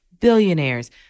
billionaires